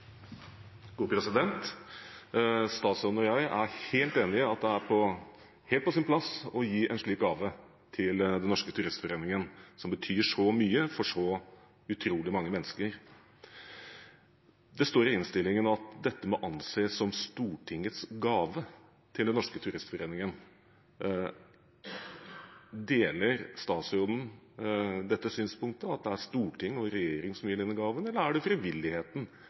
helt enige om at det er helt på sin plass å gi en slik gave til Den Norske Turistforening, som betyr så mye for så utrolig mange mennesker. Det står i innstillingen at dette må anses som Stortingets gave til Den Norske Turistforening. Deler statsråden dette synspunktet, at det er Stortinget og regjeringen som gir denne gaven, eller er det frivilligheten